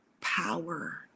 power